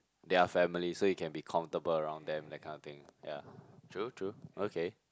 their family so you can be comfortable around them that kind of thing ya true true okay